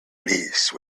lease